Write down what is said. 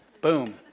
Boom